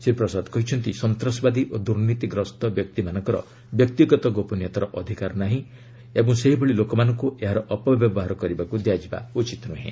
ଶ୍ରୀ ପ୍ରସାଦ କହିଛନ୍ତି ସନ୍ତାସବାଦୀ ଓ ଦୂର୍ନୀତିଗ୍ରସ୍ତ ବ୍ୟକ୍ତିମାନଙ୍କର ବ୍ୟକ୍ତିଗତ ଗୋପନୀୟତାର ଅଧିକାର ନାହିଁ ଓ ସେହିଭଳି ଲୋକମାନଙ୍କ ଏହା ଅପବ୍ୟବହାର କରିବାକୁ ଦିଆଯିବା ଉଚିତ ନ୍ରହେଁ